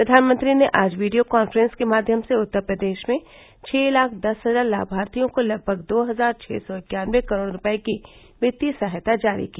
प्रधानमंत्री ने आज वीडियो कॉक्रॅस के माध्यम से उत्तर प्रदेश में छह लाख दस हजार लाभार्थियों को लगभग दो हजार छः सौ इक्यानवे करोड़ रुपये की वित्तीय सहायता जारी की